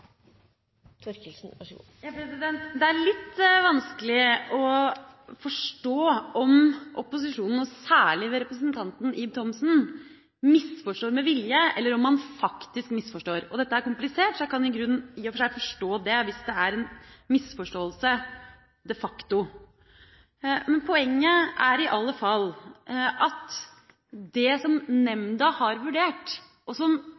ikke er så uenige som vi kanskje framstår som fra denne talerstolen, men det gjelder vel ikke akkurat bare denne saken. Det er litt vanskelig å forstå om opposisjonen, og særlig representanten Ib Thomsen, misforstår med vilje, eller om man faktisk misforstår. Dette er komplisert, så jeg kan i og for seg forstå det hvis det er en de facto misforståelse. Men poenget er i alle fall at det som